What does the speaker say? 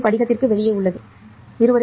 அது படிகத்திற்கு வெளியே உள்ளது சரி